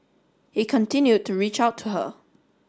he continued to reach out to her